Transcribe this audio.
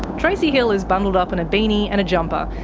tracey hill is bundled up in a beanie and jumper,